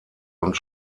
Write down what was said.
und